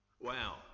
Wow